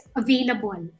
available